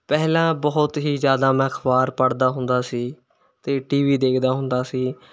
ਪਹਿਲਾਂ ਬਹੁਤ ਹੀ ਜ਼ਿਆਦਾ ਮੈਂ ਅਖਬਾਰ ਪੜ੍ਹਦਾ ਹੁੰਦਾ ਸੀ ਅਤੇ ਟੀ ਵੀ ਦੇਖਦਾ ਹੁੰਦਾ ਸੀ